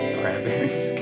cranberries